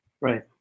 Right